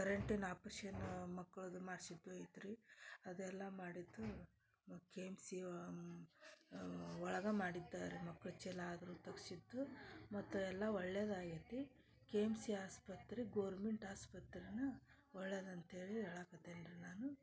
ಕರೆಂಟಿನ ಆಪ್ರೇಶನ್ನೂ ಮಕ್ಳದ್ದು ಮಾಡ್ಸಿದ್ದೈತ್ರೀ ಅದೆಲ್ಲ ಮಾಡಿದ್ದು ಕೆ ಎಮ್ ಸಿ ಒಳಗೆ ಮಾಡಿದ್ದಾರಿ ಮಕ್ಳು ಚೀಲ ಆದರು ತಗ್ಸಿದ್ದು ಮತ್ತು ಎಲ್ಲಾ ಒಳ್ಳೆಯದಾಗೈತಿ ಕೆ ಎಮ್ ಸಿ ಆಸ್ಪತ್ರೆ ಗೌರ್ಮೆಂಟ್ ಆಸ್ಪತ್ರೇನಾ ಒಳ್ಳೇದಂತ್ಹೇಳಿ ಹೇಳಾಕತ್ತೇನ್ರಿ ನಾನು